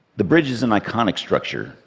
the bridge is an iconic structure,